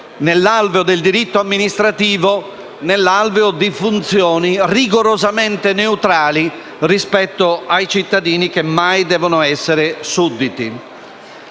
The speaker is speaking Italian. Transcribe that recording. nell'alveo del diritto amministrativo, nell'alveo di funzioni rigorosamente neutrali rispetto ai cittadini, che mai devono essere sudditi.